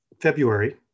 February